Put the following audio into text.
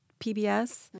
PBS